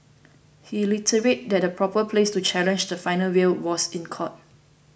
he reiterated that the proper place to challenge the final will was in court